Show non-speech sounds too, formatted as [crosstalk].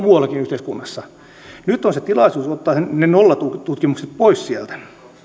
[unintelligible] muuallakin yhteiskunnassa nyt on se tilaisuus ottaa ne nollatutkimukset pois sieltä